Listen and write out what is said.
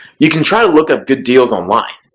you can try to look up good deals online.